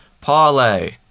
Parlay